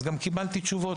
אז גם קיבלתי תשובות.